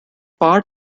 part